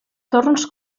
torns